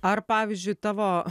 ar pavyzdžiui tavo